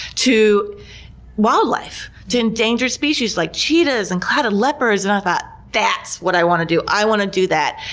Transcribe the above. to wildlife, to endangered species like cheetahs and clouded leopards. and i thought, that's what i want to do! i want to do that!